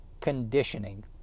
conditioning